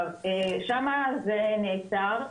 שם זה נעצר.